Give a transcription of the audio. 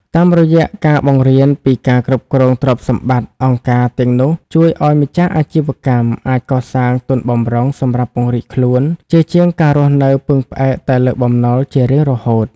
តាមរយៈការបង្រៀនពីការគ្រប់គ្រងទ្រព្យសម្បត្តិ អង្គការទាំងនោះជួយឱ្យម្ចាស់អាជីវកម្មអាចកសាងទុនបម្រុងសម្រាប់ពង្រីកខ្លួន ជាជាងការរស់នៅពឹងផ្អែកតែលើបំណុលជារៀងរហូត។